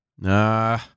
Nah